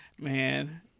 Man